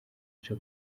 aca